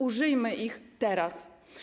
Użyjmy ich teraz.